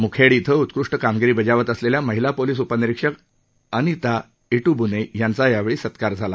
मुखेड इथं उत्कष्ट कामगिरी बजावत असलेल्या महिला पोलीस उपनिरीक्षक अनिता ईटूबूने यांचा यावेळी सत्कार झाला